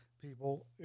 people